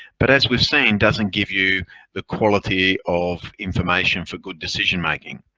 but as we've seen, doesn't give you the quality of information for good decision-making.